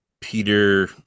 Peter